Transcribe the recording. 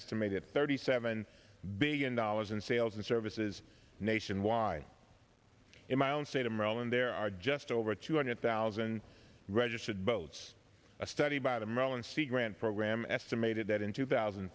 estimated thirty seven billion dollars in sales and services nationwide in my own state of maryland there are just over two hundred thousand registered boats a study by the maryland sea grant program estimated that in two thousand